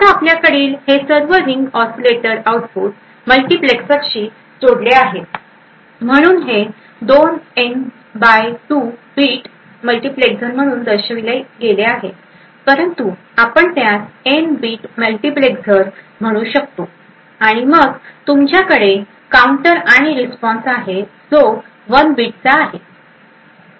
आता आपल्याकडील हे सर्व रिंग ऑसीलेटर आउटपुट मल्टिप्लेक्सर्सशी जोडलेले आहे म्हणून हे दोन एन बाय 2 बिट मल्टिप्लेक्झर्स म्हणून दर्शविले गेले आहे परंतु आपण त्यास एन बिट मल्टीप्लेक्झर्स म्हणू शकतो आणि मग तुमच्याकडे काउंटर आणि रिस्पॉन्स आहे जो 1 बिटचा आहे